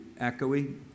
echoey